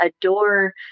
adore